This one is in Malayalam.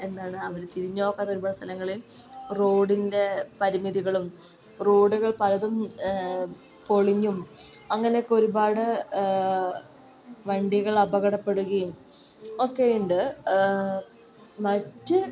എന്താണ് അവർ തിരിഞ്ഞ് നോക്കാത്ത ഒരുപാട് സ്ഥലങ്ങളിൽ റോഡിൻ്റെ പരിമിതികളും റോഡുകൾ പലതും പൊളിഞ്ഞും അങ്ങനൊക്കെ ഒരുപാട് വണ്ടികൾ അപകടപ്പെടുകയും ഒക്കെ ഉണ്ട് മറ്റ്